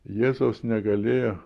jėzaus negalėjo